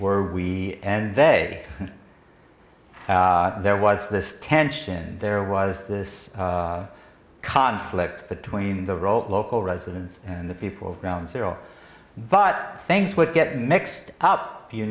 were we and they there was this tension there was this conflict between the role of local residents and the people of ground zero but things would get mixed up you